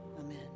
Amen